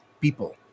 people